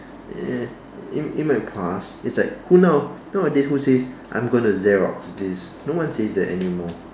eh it it might pass it's like who now nowadays who says I'm going to Xerox this no one says that anymore